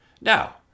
Now